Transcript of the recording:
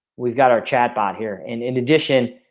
we've got our chatbot here and in addition,